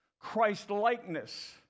Christ-likeness